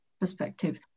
perspective